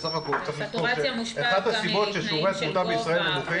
סטורציה מושפעת גם מתנאים של גובה.